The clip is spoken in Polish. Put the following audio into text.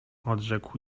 odrzekł